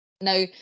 Now